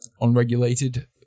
unregulated